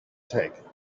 take